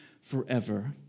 forever